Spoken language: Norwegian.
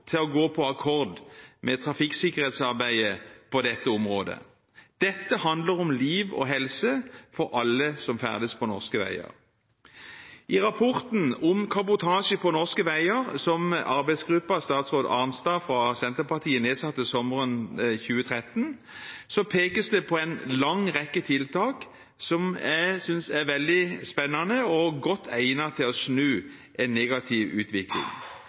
til å gå på akkord med trafikksikkerhetsarbeidet på dette området. Dette handler om liv og helse for alle som ferdes på norske veier. I rapporten om kabotasje på norske veier, laget av arbeidsgruppen statsråd Arnstad fra Senterpartiet nedsatte sommeren 2013, pekes det på en lang rekke tiltak som jeg synes er veldig spennende og godt egnet til å snu en negativ utvikling.